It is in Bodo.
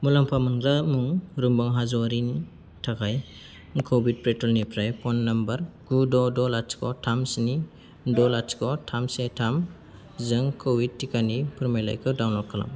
मुलामफा मोनग्रा मुं रुमबां हाज'वारिनि थाखाय क' विन प'र्टेलनिफ्राय फ'न नम्बर गु द' द' लाथिख' थाम स्नि द' लाथिख' थाम से थाम जों क'विड टिकानि फोरमानलाइखौ डाउनल'ड खालाम